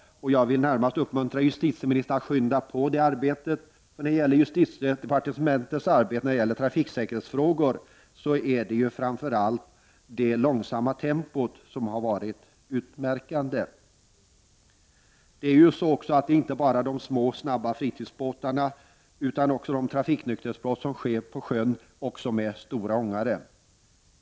Jag vill uppmana justitieministern att skynda på arbetet inom justitiedepartementet i trafiksäkerhetsfrågor. Det är framför allt det långsamma tempot som har varit utmärkande för detta arbete. Det är vidare inte bara de små och snabba fritidsbåtarna som förekommer i dessa sammanhang, utan det äger också rum trafiknykterhetsbrott på sjön med stora fartyg inblandade.